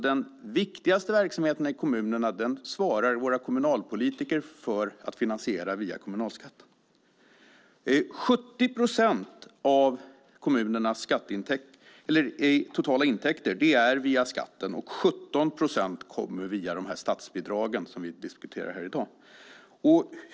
Den viktigaste verksamheten i kommunerna svarar alltså våra kommunalpolitiker för att finansiera via kommunalskatten. 70 procent av kommunernas totala intäkter är via skatten och 17 procent kommer via statsbidragen som vi diskuterar här i dag.